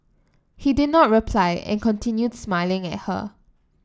he did not reply and continued smiling at her